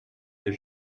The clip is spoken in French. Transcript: des